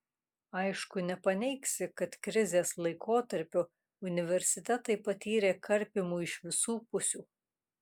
aišku nepaneigsi kad krizės laikotarpiu universitetai patyrė karpymų iš visų pusių